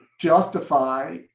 justify